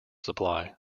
supply